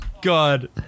God